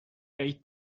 eight